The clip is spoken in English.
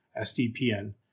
SDPN